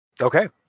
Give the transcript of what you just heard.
Okay